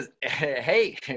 hey